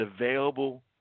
available